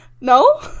no